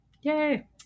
Yay